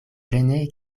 plene